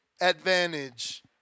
advantage